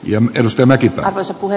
ja jos tämäkin puhe